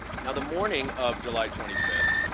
and the morning of july twenty fifth,